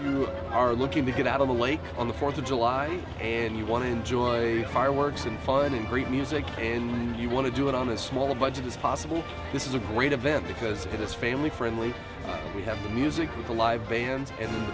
you are looking to get out on the lake on the fourth of july and you want to enjoy a fireworks in finding great music in you want to do it on a small budget as possible this is a great event because it is family friendly we have the music with the live bands and